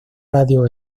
radio